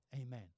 Amen